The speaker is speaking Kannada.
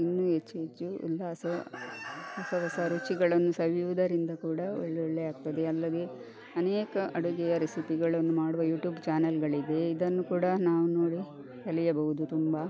ಇನ್ನು ಹೆಚ್ಚು ಹೆಚ್ಚು ಉಲ್ಲಾಸ ಹೊಸ ಹೊಸ ರುಚಿಗಳನ್ನು ಸವಿಯುವುದರಿಂದ ಕೂಡ ಒಳ್ಳೊಳ್ಳೆಯ ಆಗ್ತದೆ ಅಲ್ಲದೆ ಅನೇಕ ಅಡುಗೆಯ ರೆಸಿಪಿಗಳನ್ನು ಮಾಡುವ ಯೂಟ್ಯೂಬ್ ಚಾನಲ್ಗಳಿದೆ ಇದನ್ನು ಕೂಡ ನಾವು ನೋಡಿ ಕಲಿಯಬೌದು ತುಂಬ